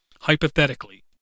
hypothetically